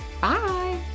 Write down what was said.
Bye